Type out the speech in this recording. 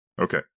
Okay